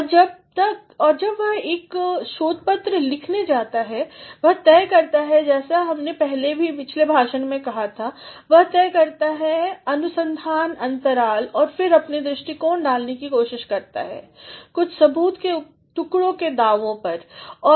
और फिर जब वह एक शोध पत्र लिखने जाता है वह तय करता है जैसा हमने कहा पिछले भाषण में वह तय करता है अनुसंधानअंतरालऔर फिर अपनी दृष्टिकोण डालने की कोशिश करता है कुछ सबूत के टुकड़ों और दावों के साथ